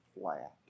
flat